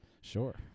Sure